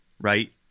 right